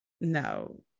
no